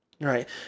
Right